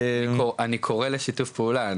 אני קורא לשיתוף פעולה.